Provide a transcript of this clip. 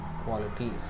qualities